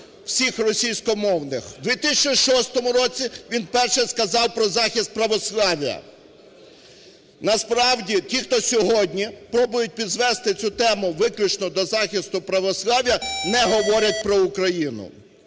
всіх російськомовних. У 2006 році він вперше сказав про захист православ'я. Насправді, ті, хто сьогодні пробують підвести цю тему виключно до захисту православ'я, не говорять про Україну,